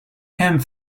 camp